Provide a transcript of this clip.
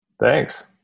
Thanks